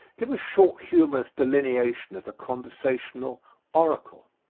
give a short humorous delineation of the conversational oracle.